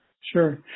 Sure